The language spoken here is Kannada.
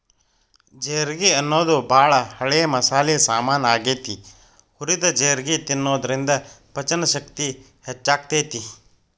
ಜೇರ್ಗಿ ಅನ್ನೋದು ಬಾಳ ಹಳೆ ಮಸಾಲಿ ಸಾಮಾನ್ ಆಗೇತಿ, ಹುರಿದ ಜೇರ್ಗಿ ತಿನ್ನೋದ್ರಿಂದ ಪಚನಶಕ್ತಿ ಹೆಚ್ಚಾಗ್ತೇತಿ